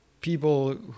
people